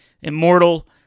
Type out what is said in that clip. immortal